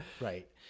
Right